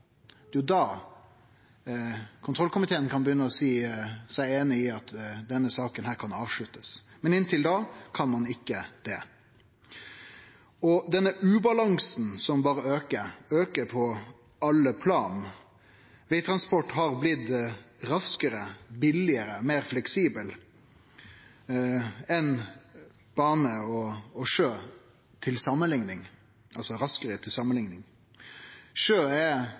Det er jo da kontrollkomiteen kan begynne å seie seg einig i at denne saka kan avsluttast. Men inntil da kan ein ikkje det. Ubalansen som berre aukar, aukar på alle plan. Vegtransport har blitt raskare, billigare og meir fleksibel samanlikna med transport på bane og sjø. Sjøtransport er